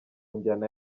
njyana